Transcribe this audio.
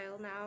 now